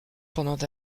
pendant